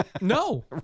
No